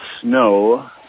snow